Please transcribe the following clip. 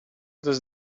this